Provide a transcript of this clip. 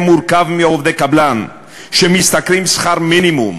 מורכב מעובדי קבלן שמשתכרים שכר מינימום.